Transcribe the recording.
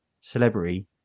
celebrity